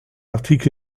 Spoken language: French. article